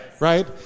right